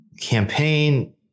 campaign